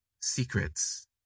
secrets